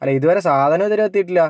അല്ല ഇതുവരെ സാധനം ഇതുവരെ എത്തിയിട്ടില്ല